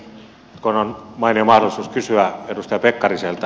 nyt kun on mainio mahdollisuus kysyä edustaja pekkariselta